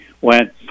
went